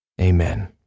amen